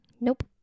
Nope